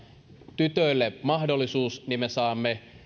tytöille mahdollisuus me saamme